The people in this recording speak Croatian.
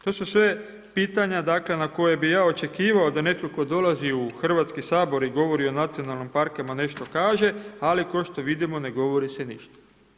To su sve pitanja na koje bi ja očekivao da netko tko dolazi u Hrvatski sabor i govori o nacionalnim parkovima i nešto kaže, ali kao što vidimo ne govori se ništa.